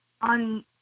on